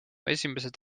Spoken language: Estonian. esimesed